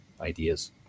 ideas